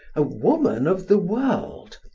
a woman of the world!